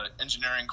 engineering